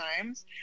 times